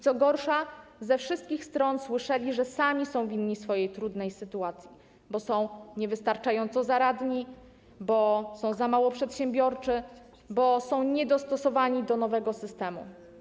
Co gorsza, ze wszystkich stron słyszeli, że sami są winni swojej trudnej sytuacji, bo są niewystarczająco zaradni, za mało przedsiębiorczy, niedostosowani do nowego systemu.